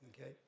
Okay